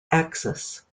axis